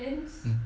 mm